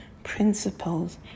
principles